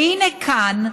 והינה, כאן,